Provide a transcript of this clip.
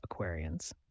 Aquarians